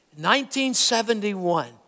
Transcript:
1971